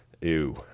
Ew